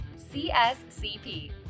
CSCP